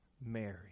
Mary